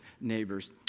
neighbors